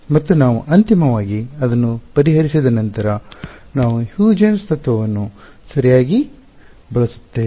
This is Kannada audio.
ಮತ್ತು ನಾವು ಅಂತಿಮವಾಗಿ ಅದನ್ನು ಪರಿಹರಿಸಿದ ನಂತರ ನಾವು ಹ್ಯೂಜೆನ್ಸ್ ತತ್ವವನ್ನು ಸರಿಯಾಗಿ ಬಳಸುತ್ತೇವೆ